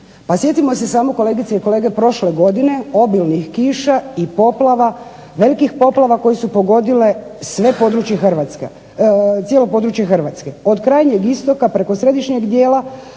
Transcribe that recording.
Pa sjetimo se samo, kolegice i kolege, prošle godine obilnih kiša i poplava, velikih poplava koje su pogodile sva područja Hrvatske, cijelo područje Hrvatske. Od krajnjeg istoka, preko središnjeg dijela,